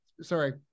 sorry